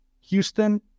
Houston